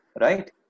Right